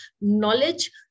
knowledge